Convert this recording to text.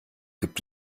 gibt